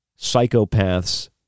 psychopaths